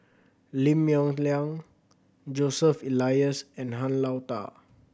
Lim Yong Liang Joseph Elias and Han Lao Da